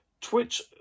Twitch